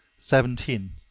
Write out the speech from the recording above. seventeen.